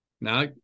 Now